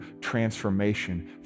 transformation